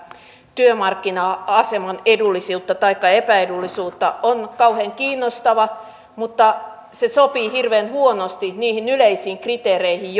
työmarkkina aseman edullisuutta taikka epäedullisuutta on kauhean kiinnostava mutta se sopii hirveän huonosti niihin yleisiin kriteereihin